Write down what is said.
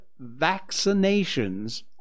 vaccinations